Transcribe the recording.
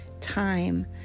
time